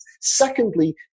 Secondly